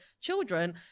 children